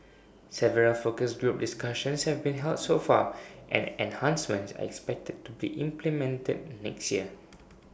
several focus group discussions have been held so far and enhancements are expected to be implemented next year